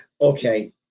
okay